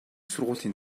сургуулийн